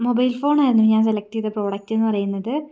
mobile ഫോണായിരുന്നു ഞാൻ select ചെയ്ത പ്രോഡക്റ്റ് എന്ന് പറയുന്നത്